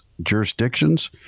jurisdictions